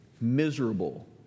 miserable